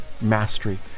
mastery